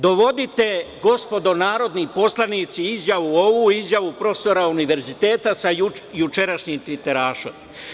Dovodite, gospodo narodni poslanici, ovu izjavu i izjavu profesora univerziteta sa jučerašnjem tviterašem.